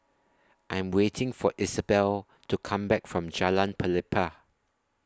I Am waiting For Isabelle to Come Back from Jalan Pelepah